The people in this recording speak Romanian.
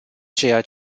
ceea